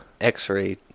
x-ray